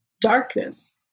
darkness